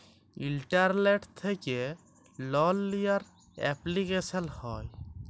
ইলটারলেট্ থ্যাকে লল লিয়ার এপলিকেশল হ্যয়